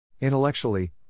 Intellectually